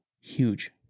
huge